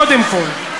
קודם כול.